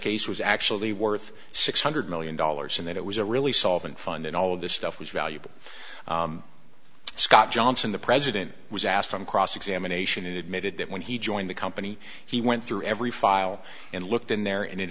case was actually worth six hundred million dollars and that it was a really solvent fund and all of this stuff was valuable scott johnson the president was asked on cross examination admitted that when he joined the company he went through every file and looked in there and it